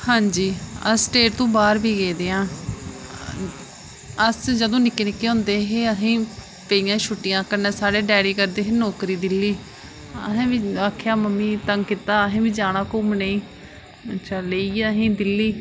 हां जी अस स्टेट तू बाहर बी गेदे आं अस जदूं निक्के निक्के होंदे हे असेंगी पेइयां छुट्टियां कन्नै साढ़े ड़ैडी करदे हे नौकरी दिल्ली असें बी आक्खेआ तंग कीता मम्मी गी की असें बी जाना घुम्मनै गी अच्छा लेइये असेंगी दिल्ली